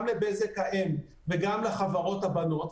גם לבזק האם וגם לחברות הבנות,